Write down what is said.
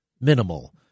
minimal